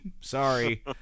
Sorry